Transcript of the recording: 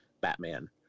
Batman